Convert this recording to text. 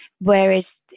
Whereas